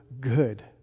good